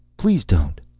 please don't!